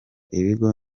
ibigo